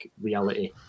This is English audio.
reality